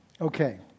Okay